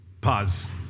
Pause